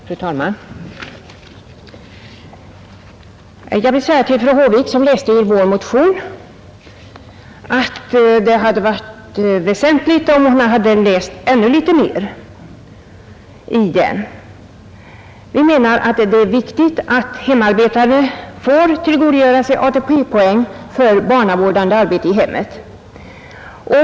Fru talman! Jag vill säga till fru Håvik, som läste ur vår motion, att det hade varit väsentligt om hon hade läst ännu litet mer i den. Vi menar att det är viktigt att hemarbetande får tillgodogöra sig ATP-poäng för barnavårdande arbete i hemmet.